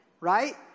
right